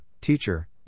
Teacher